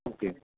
okay